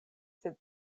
sed